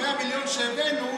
ה-100 מיליון שהבאנו,